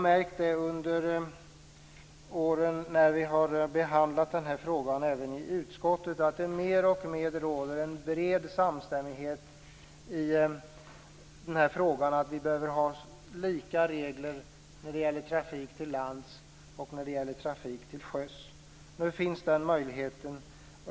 Under de år som vi har behandlat den här frågan i utskottet har jag märkt att det mer och mer råder samstämmighet om att vi bör ha lika regler för trafik till lands som för trafik till sjöss. Nu finns den möjligheten.